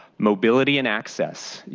mobility and access.